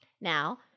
now